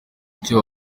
icyo